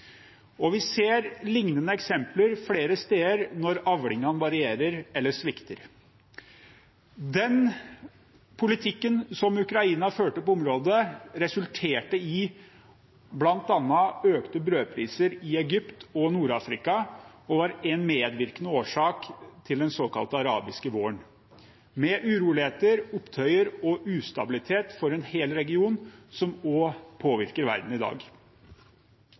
og vi ser lignende eksempler flere steder når avlingene varierer eller svikter. Den politikken som Ukraina førte på området, resulterte i bl.a. økte brødpriser i Egypt og Nord-Afrika og var en medvirkende årsak til den såkalte arabiske våren – med uroligheter, opptøyer og ustabilitet for en hel region, som også påvirker verden i dag.